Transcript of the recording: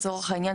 לצורך העניין,